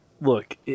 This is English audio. look